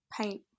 paint